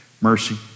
mercy